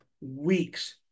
weeks